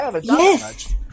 yes